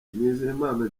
nizeyimana